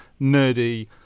nerdy